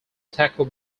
taco